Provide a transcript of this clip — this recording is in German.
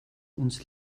uns